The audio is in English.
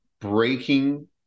breaking